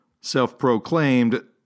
Self-proclaimed